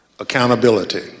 Accountability